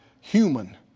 human